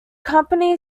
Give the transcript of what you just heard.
company